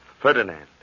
Ferdinand